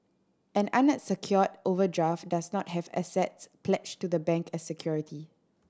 an overdraft does not have assets pledged to the bank as security